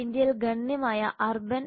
ഇന്ത്യയിൽ ഗണ്യമായ അർബൻ 148